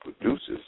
produces